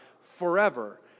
forever